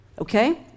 Okay